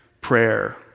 prayer